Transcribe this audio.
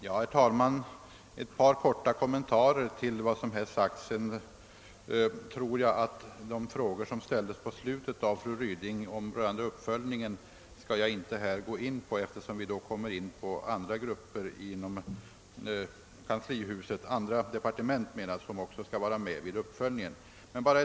Herr talman! De frågor om uppföljningen som fru Ryding ställde i slutet av sitt inlägg skall jag inte här ta upp, eftersom vi då skulle komma in på områden som berör också andra departement. Jag vill emellertid göra ett par korta kommentarer i övrigt.